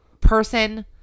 person